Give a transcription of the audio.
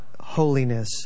holiness